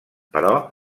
però